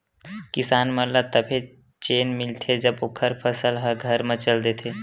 किसान मन ल तभे चेन मिलथे जब ओखर फसल ह घर म चल देथे